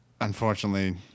unfortunately